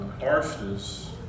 harshness